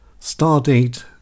Stardate